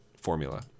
formula